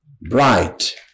bright